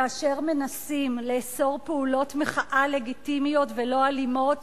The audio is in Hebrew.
כאשר מנסים לאסור פעולות מחאה לגיטימיות ולא אלימות